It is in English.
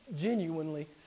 genuinely